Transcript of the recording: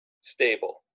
stable